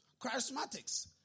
Charismatics